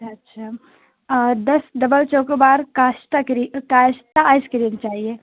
اچھا اچھا دس ڈبل چوکو بار کاشتہ کری کائشتہ آئس کریم چاہیے